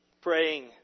praying